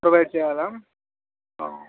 provide చెయ్యాలా